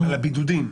על הבידודים.